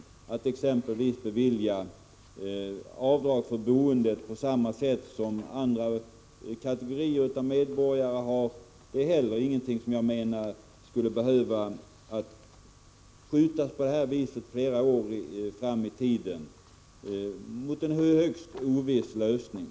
Frågan om att medge rätt att göra avdrag för boendet — på samma sätt som andra kategorier av medborgare har rätt att göra avdrag — skulle inte heller, menar jag, på detta vis behöva skjutas flera år framåt i tiden mot en högst oviss lösning.